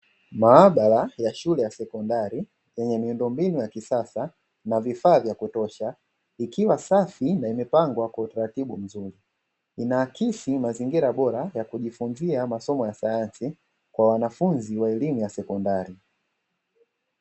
Maabara ya shule ya sekondari yenye miundombinu ya kisasa na vifaa vya kutosha, ikiwa safi na imepangwa kwa utaratibu mzuri, inaakisi mazingira bora ya kujifunzia masomo ya sayansi kwa wanafunzi wa elimu ya sekondari.